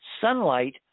sunlight